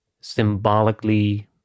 symbolically